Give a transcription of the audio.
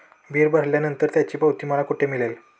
Bill भरल्यानंतर त्याची पावती मला कुठे मिळेल?